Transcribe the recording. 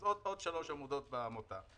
אז עוד שלוש עמודות בעמותה.